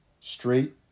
straight